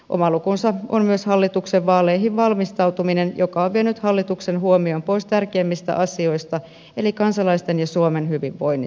oma lukunsa on myös hallituksen vaaleihin valmistautuminen joka on vienyt hallituksen huomion pois tärkeimmistä asioista eli kansalaisten ja suomen hyvinvoinnista